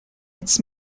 its